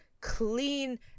clean